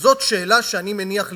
וזאת שאלה שאני מניח לפתחנו: